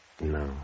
No